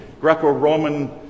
Greco-Roman